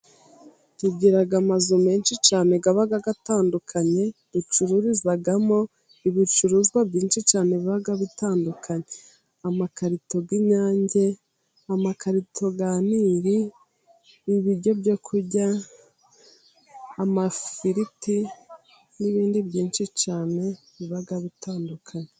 Tugira amazu menshi cyane aba atandukanye, ducururizamo ibicuruzwa byinshi cyane biba bitandukanye amakarito y'inyange, amakarito ya niri ibiryo byo kurya amafiriti n'ibindi byinshi cyane biba bitandukanye.